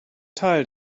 teil